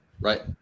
right